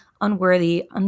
unworthy